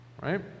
right